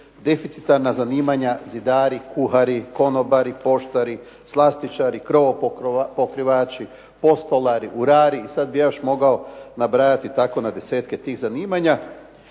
deficitarna zanimanja zidari, kuhari, konobari, poštari, slastičari, krovopokrivači, postolari, urari, sad bih ja još mogao nabrajati na desetke tih zanimanja